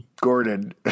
Gordon